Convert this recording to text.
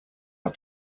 are